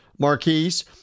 Marquise